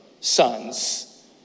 sons